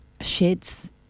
sheds